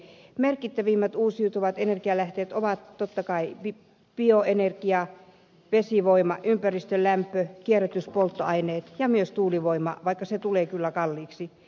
merkittävimmät uusiutuvat energianlähteet ovat totta kai bioenergia vesivoima ympäristölämpö kierrätyspolttoaineet ja myös tuulivoima vaikka se tulee kyllä kalliiksi